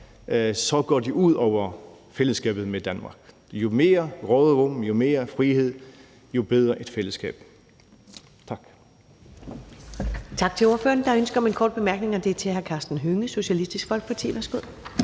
så går det ud over fællesskabet med Danmark. Jo mere råderum, jo mere frihed, jo bedre et fællesskab. Tak.